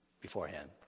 beforehand